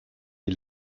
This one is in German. die